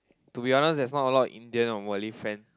to be honest there's not a lot of Indian or Malay friend